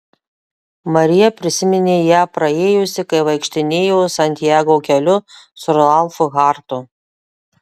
marija prisiminė ją praėjusi kai vaikštinėjo santjago keliu su ralfu hartu